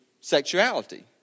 sexuality